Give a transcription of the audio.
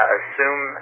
Assume